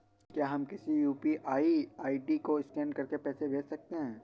क्या हम किसी यू.पी.आई आई.डी को स्कैन करके पैसे भेज सकते हैं?